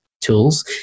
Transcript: tools